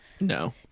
No